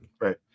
right